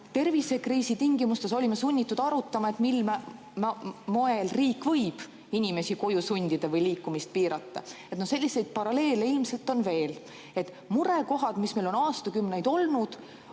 Tervisekriisi tingimustes olime sunnitud arutama, mil moel riik võib inimesi koju sundida või liikumist piirata. Selliseid paralleele on ilmselt veel. Murekohad, mis meil on aastakümneid olnud,